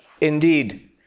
Indeed